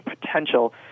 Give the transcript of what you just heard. potential